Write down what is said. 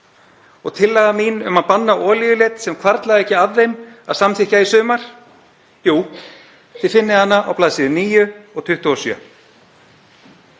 og tillaga mín um að banna olíuleit sem hvarflaði ekki að þeim að samþykkja í sumar — jú, þið finnið hana á bls. 9 og 27.